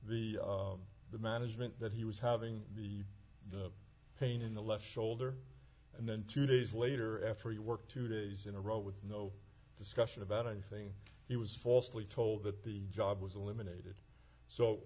the the management that he was having the the pain in the left shoulder and then two days later after you work two days in a row with no discussion about anything he was falsely told that the job was eliminated so